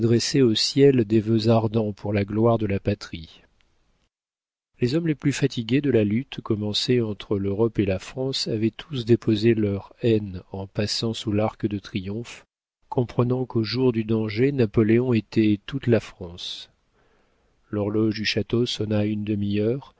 au ciel des vœux ardents pour la gloire de la patrie les hommes les plus fatigués de la lutte commencée entre l'europe et la france avaient tous déposé leurs haines en passant sous l'arc de triomphe comprenant qu'au jour du danger napoléon était toute la france l'horloge du château sonna une demi-heure